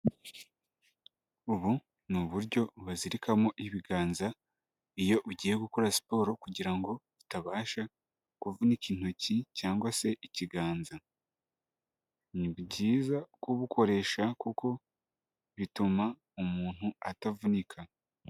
Ubu ni uburyo bazirikamo ibiganza iyo ugiye gukora siporo kugira ngo utabasha kuvunika intoki, cyangwa se ikiganza, ni byiza kubukoresha kuko bituma umuntu atavunika.